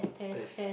test